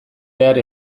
behar